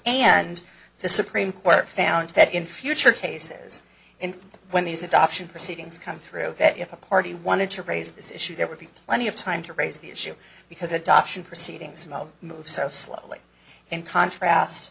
and the supreme court found that in future cases in when these adoption proceedings come through that if a party wanted to raise this issue there would be plenty of time to raise the issue because adoption proceedings move so slowly in contrast